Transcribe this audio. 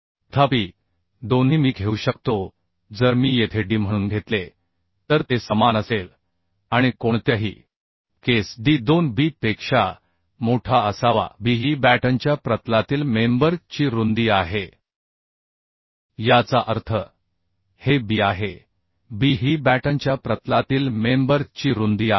तथापि दोन्ही मी घेऊ शकतो जर मी येथे d म्हणून घेतले तर ते समान असेल आणि कोणत्याहीकेस d 2 b पेक्षा मोठा असावाb ही बॅटनच्या प्रतलातील मेंबर ची रुंदी आहे याचा अर्थ हे b आहे b ही बॅटनच्या प्रतलातील मेंबर ची रुंदी आहे